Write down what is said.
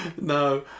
No